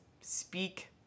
speak